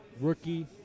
rookie